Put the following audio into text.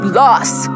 lost